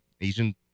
Asian